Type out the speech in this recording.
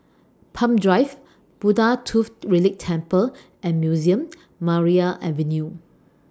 Palm Drive Buddha Tooth Relic Temple and Museum and Maria Avenue